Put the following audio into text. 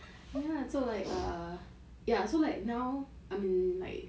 ya so like err ya so like now I'm like